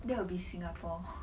that will be singapore